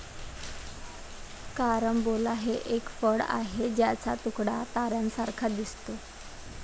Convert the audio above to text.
carambola हे एक फळ आहे ज्याचा तुकडा ताऱ्यांसारखा दिसतो